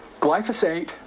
glyphosate